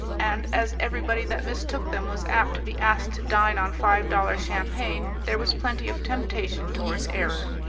and as everybody that mistook them was apt to be asked to dine on five-dollar champagne there was plenty of temptation towards error.